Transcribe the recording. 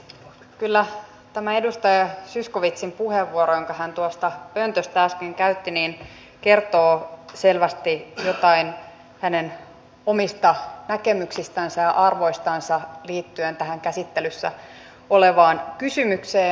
kyllä tämä edustaja zyskowiczin puheenvuoro jonka hän tuosta pöntöstä äsken käytti kertoo selvästi jotain hänen omista näkemyksistänsä ja arvoistansa liittyen tähän käsittelyssä olevaan kysymykseen